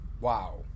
Wow